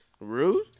Rude